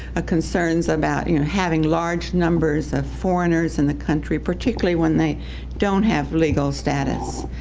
ah concerns about, you know, having large numbers of foreigners in the country, particularly when they don't have legal status.